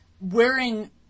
wearing